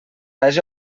haja